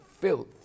filth